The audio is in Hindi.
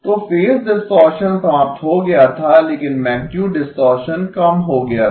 तो फेज डिस्टॉरशन समाप्त हो गया था लेकिन मैगनीटुड डिस्टॉरशन कम हो गया था